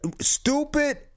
stupid